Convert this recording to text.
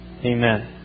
Amen